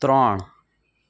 ત્રણ